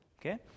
Okay